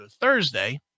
Thursday